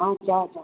हा चओ चओ